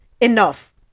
enough